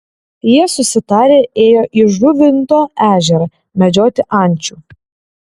jie susitarę ėjo į žuvinto ežerą medžioti ančių